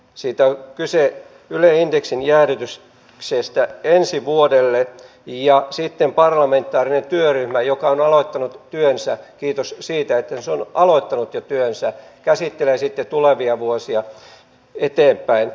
siitä on kyse yle indeksin jäädytyksestä ensi vuodelle ja parlamentaarinen työryhmä joka on aloittanut työnsä kiitos siitä että se on aloittanut jo työnsä käsittelee sitten tulevia vuosia eteenpäin